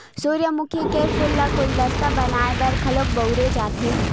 सूरजमुखी के फूल ल गुलदस्ता बनाय बर घलो बउरे जाथे